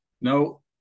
No